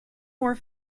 more